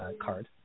card